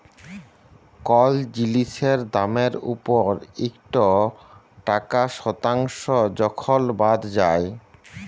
call জিলিসের দামের উপর ইকট টাকা শতাংস যখল বাদ যায়